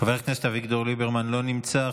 חבר הכנסת ליברמן, לא נמצא.